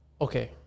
Okay